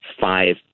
five